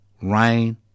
rain